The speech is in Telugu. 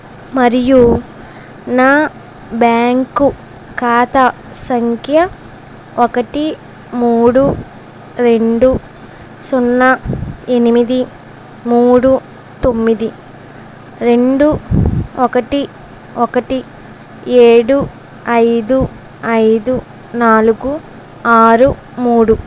మరియు నా బ్యాంకు ఖాతా సంఖ్య ఒకటి మూడు రెండు సున్నా ఎనిమిది మూడు తొమ్మిది రెండు ఒకటి ఒకటి ఏడు ఐదు ఐదు నాలుగు ఆరు మూడు